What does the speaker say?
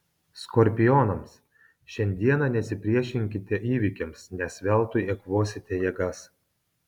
skorpionams šiandieną nesipriešinkite įvykiams nes veltui eikvosite jėgas